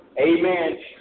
amen